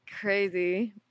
Crazy